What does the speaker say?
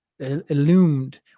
illumined